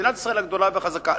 מדינת ישראל הגדולה והחזקה.